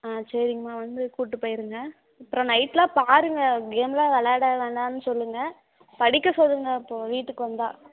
ஆ சரிங்கம்மா வந்து கூட்டு போயிடுங்க அப்புறம் நைட்லாம் பாருங்கள் கேமெலாம் விளையாட வேண்டாம்னு சொல்லுங்க படிக்க சொல்லுங்க இப்போது வீட்டுக்கு வந்தால்